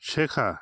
শেখা